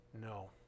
No